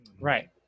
right